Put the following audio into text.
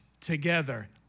together